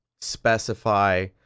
specify